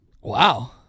Wow